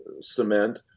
cement